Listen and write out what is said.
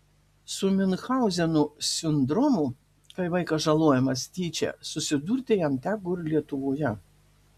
su miunchauzeno sindromu kai vaikas žalojamas tyčia susidurti jam teko ir lietuvoje